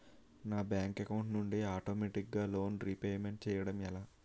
నా bank account నుండి ఆటోమేటిగ్గా లోన్ రీపేమెంట్ చేయడం ఎలా?